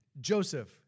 Joseph